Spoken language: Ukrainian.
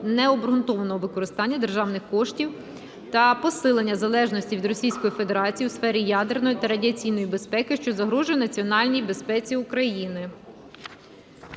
необґрунтованого використання державних кошів та посилення залежності від Російської Федерації у сфері ядерної та радіаційної безпеки, що загрожує національній безпеці України.